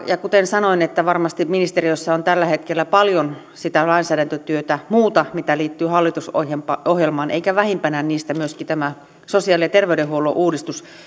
ja kuten sanoin varmasti ministeriössä on tällä hetkellä paljon sitä muuta lainsäädäntötyötä mitä liittyy hallitusohjelmaan eikä vähimpänä niistä tämä sosiaali ja terveydenhuollon uudistus